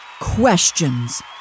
questions